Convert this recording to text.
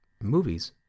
movies